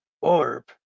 orb